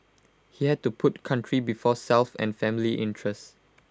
he had to put country before self and family interest